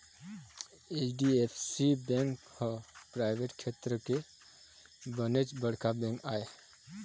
HDFC bank ह private छेत्र के बनेच बड़का बेंक आय